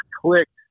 clicked